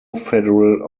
federal